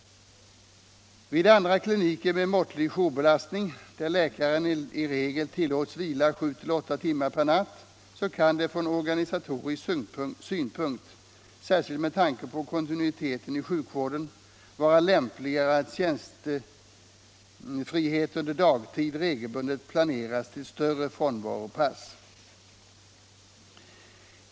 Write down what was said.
Vid andra kliniker med måttlig jourbelastning, där läkaren i regel tillåts vila sju åtta timmar per natt, kan det från organisatorisk synpunkt, särskilt med tanke på kontinuiteten i sjukvården, vara lämpligare att tjänstefrihet under dagtid regelbundet planeras till större från Vvaropass.